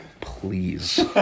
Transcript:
Please